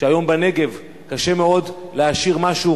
שהיום בנגב קשה מאוד להשאיר משהו